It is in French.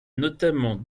notamment